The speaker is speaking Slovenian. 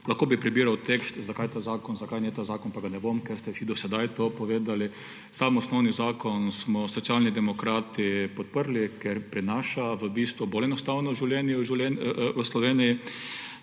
Lahko bi prebiral tekst, zakaj ta zakon, zakaj ne ta zakon, pa ga ne bom, ker ste vsi do sedaj to povedali. Sam osnovni zakon smo Socialni demokrati podprli, ker prinaša v bistvu bolj enostavno življenje